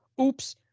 oops